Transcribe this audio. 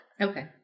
Okay